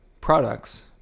products